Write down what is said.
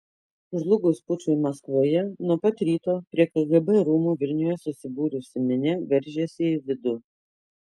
žlugus pučui maskvoje nuo pat ryto prie kgb rūmų vilniuje susibūrusi minia veržėsi į vidų